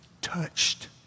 touched